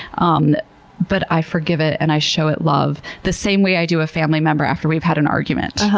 um but i forgive it and i show it love the same way i do a family member after we've had an argument,